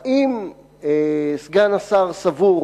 האם סגן השר סבור